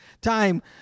time